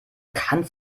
kannst